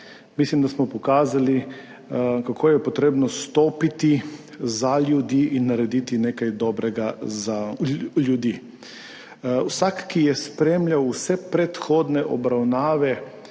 Mislim, da smo pokazali, kako je treba stopiti skupaj in narediti nekaj dobrega za ljudi. Vsak, ki je spremljal vse predhodne obravnave